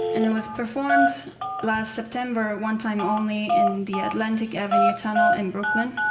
and it was performed last september one time only in the atlantic avenue tunnel in brooklyn,